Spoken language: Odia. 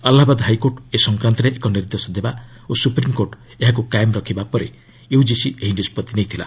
ଆହ୍ଲାବାଦ ହାଇକୋର୍ଟ ଏ ସଂକ୍ରାନ୍ତରେ ଏକ ନିର୍ଦ୍ଦେଶ ଦେବା ଓ ସୁପ୍ରିମ୍କୋର୍ଟ ଏହାକୁ କାଏମ୍ ରଖିବା ପରେ ୟୁଜିସି ଏହି ନିଷ୍ପଭି ନେଇଥିଲା